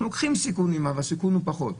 לוקחים סיכונים אבל פחות סיכונים,